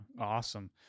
awesome